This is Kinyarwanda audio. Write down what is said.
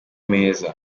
meza